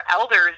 elders